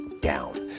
down